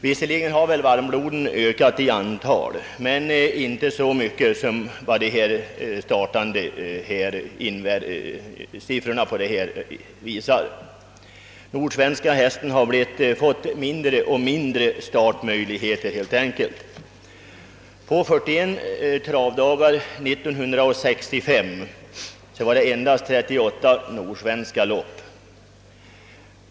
Visserligen har väl varmblodsaveln ökat, men inte så mycket som dessa siffror kan tyckas visa, Den nordsvenska hästen har helt enkelt fått allt mindre startmöjligheter. På 41 travdagar år 1965 var det endast 38 nordsvenska lopp.